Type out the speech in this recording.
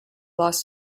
lost